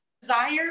desire